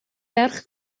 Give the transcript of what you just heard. ferch